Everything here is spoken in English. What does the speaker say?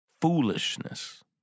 foolishness